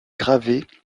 gravée